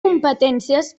competències